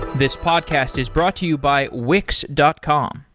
this podcast is brought to you by wix dot com.